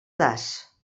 das